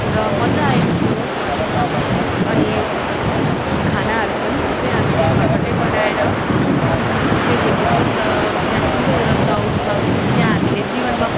र मजा आएको थियो भनौँ न अनि खानाहरू पनि सबै हामीले घरबाट बनाएर पिकनिक जस्तै गएको थियौँ र त्यहाँ ठुलो एउटा चौर छ त्यहाँ हामीले जीवनमा